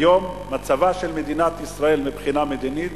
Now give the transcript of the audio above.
היום מצבה של מדינת ישראל מבחינה מדינית